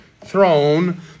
throne